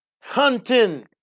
hunting